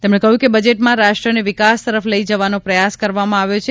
તેમણે કહ્યું કે બજેટમાં રાષ્ટ્રને વિકાસ તરફ લઈ જવાનો પ્રયાસ કરવામાં આવ્યો છે